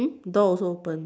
the door also open